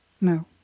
No